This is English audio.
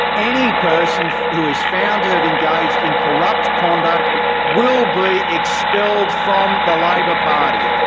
any person who is found to have engaged in corrupt conduct will be expelled from the labor party.